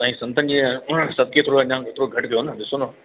साईं संतनि जे सदिके अञा थोरो घटि कयो न ॾिसो न